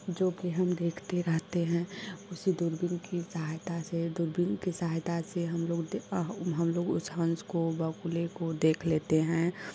जो कि हम देखते रहते हैं उसी दूरबीन की सहायता से दूरबीन के सहायता से हम लोग दे हम लोग उस हंस को बगुले को देख लेते हैं